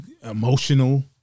emotional